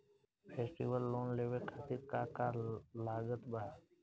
Festival loan लेवे खातिर का का लागत बा?